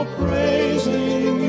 praising